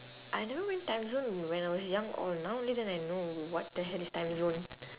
I never went timezone when I was young or now only then I know what the hell is timezone